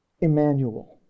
Emmanuel